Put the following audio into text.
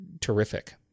terrific